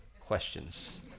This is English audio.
questions